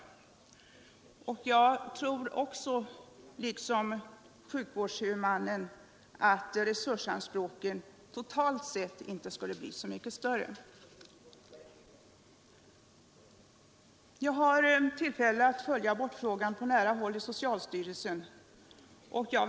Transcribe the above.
Jag tror också, liksom sjukvårdshuvudmannen, att resursanspråken totalt sett inte skulle bli så mycket större. Jag har tillfälle att på nära håll följa abortfrågan i socialstyrelsen. Jag.